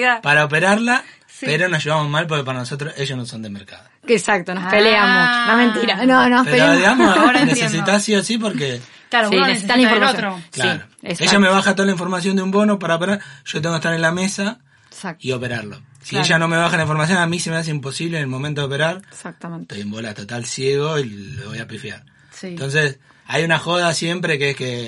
para operarla, Sí. pero nos llevamos mal porque para nosotros ellos no son de mercado. Exacto, nos peleamos. No, mentira. Ah. No, no Pero, peleamos. digamos, Ahora entiendo. necesitas sí o sí porque- Claro, Sí, uno necesitan la necesita del información. otro. Sí, Claro. Ella me exacto. baja toda la información de un bono para operar, yo tengo que estar en la mesa Exacto. y operarlo. Si Claro. ella no me baja la información, a mí se me hace imposible en el momento de operar, Exactamente. estoy en bola total ciego y lo voy a pifiar. Sí. Entonces, hay una joda siempre que es que